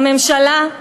בממשלה,